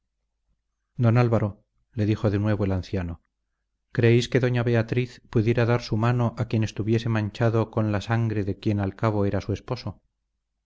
don álvaro le dijo de nuevo el anciano creéis que doña beatriz pudiera dar su mano a quien estuviese manchado con la sangre de quien al cabo era su esposo